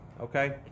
okay